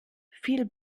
viel